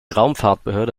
raumfahrtbehörde